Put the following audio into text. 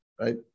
right